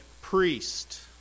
priest